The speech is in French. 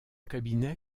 cabinet